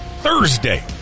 Thursday